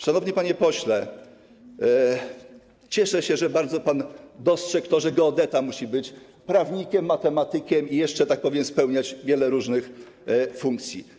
Szanowny panie pośle, cieszę się, że bardzo pan dostrzegł, że geodeta musi być prawnikiem, matematykiem i jeszcze, że tak powiem, spełniać wiele różnych funkcji.